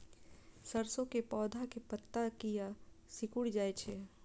सरसों के पौधा के पत्ता किया सिकुड़ जाय छे?